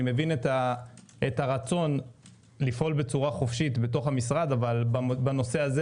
אני מבין את הרצון לפעול בצורה חופשית בתוך המשרד אבל בנושא הזה